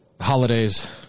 holidays